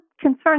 concerns